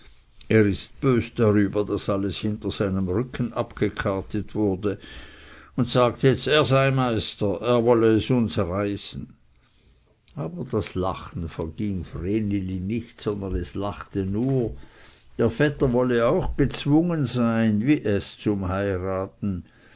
er ist bös darüber daß alles hinter seinem rücken abgekartet wurde und sagt jetzt er sei meister er wolle es uns reisen aber das lachen verging vreneli nicht sondern es lachte nur der vetter wolle auch gezwungen sein wie es zum heiraten